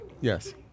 Yes